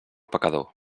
pecador